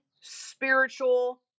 spiritual